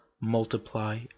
multiply